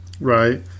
right